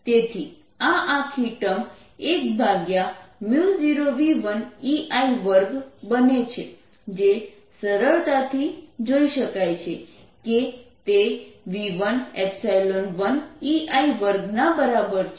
તેથી આ આખી ટર્મ 10v1EI2 બને છે જે સરળતાથી જોઇ શકાય છે કે તે v11EI2 ના બરાબર છે